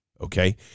Okay